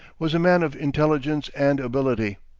was a man of intelligence and ability,